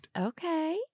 Okay